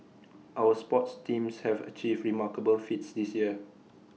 our sports teams have achieved remarkable feats this year